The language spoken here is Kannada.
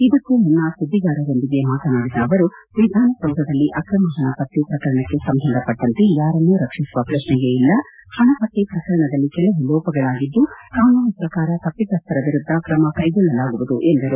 ಇದಕ್ಕೂ ಮುನ್ನ ಸುದ್ದಿಗಾರರೊಂದಿಗೆ ಮಾತನಾಡಿದ ಅವರು ವಿಧಾನಸೌಧದಲ್ಲಿ ಅಕ್ರಮ ಪಣ ಪತ್ತೆ ಪ್ರಕರಣಕ್ಕೆ ಸಂಬಂಧಪಟ್ಟಂತೆ ಯಾರನ್ನೂ ರಕ್ಷಿಸುವ ಪ್ರಕ್ಷೆಯೇ ಇಲ್ಲ ಹಣ ಪತ್ತೆ ಪ್ರಕರಣದಲ್ಲಿ ಕೆಲವು ಲೋಪಗಳಾಗಿದ್ದು ಕಾನೂನು ಪ್ರಕಾರ ತಪ್ಪಿತಸ್ಥರ ವಿರುದ್ಧ ಕ್ರಮ ಕೈಗೊಳ್ಳಲಾಗುವುದು ಎಂದರು